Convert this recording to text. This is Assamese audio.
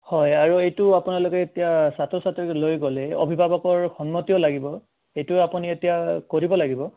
হয় আৰু এইটো আপোনালোকে এতিয়া ছাত্ৰ ছাত্ৰীক লৈ গ'লে অভিভাৱকৰ সন্মতিও লাগিব এইটো আপুনি এতিয়া কৰিব লাগিব